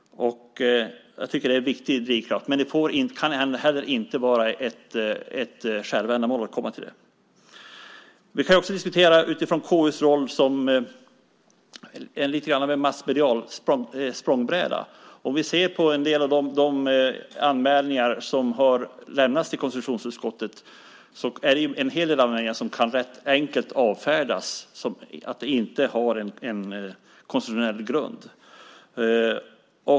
Det är en viktig drivkraft, men det kan inte vara ett självändamål. Vi kan diskutera utifrån KU:s roll som massmedial språngbräda. En hel del av de anmälningar som har lämnats till konstitutionsutskottet kan enkelt avfärdas med att de inte har en konstitutionell grund.